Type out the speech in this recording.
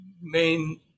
main